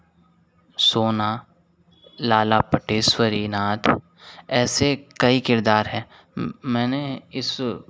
सोना लाला पटेश्वरी नाथ ऐसे कई किरदार हैं मैंने इस